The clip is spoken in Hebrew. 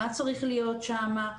מה צריך להיות שמה.